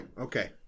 Okay